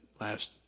last